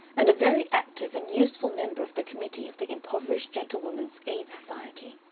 and a very active and useful member of the committee of the impoverished gentlewomen's aid society.